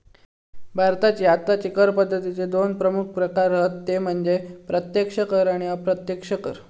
भारताची आत्ताची कर पद्दतीचे दोन प्रमुख प्रकार हत ते म्हणजे प्रत्यक्ष कर आणि अप्रत्यक्ष कर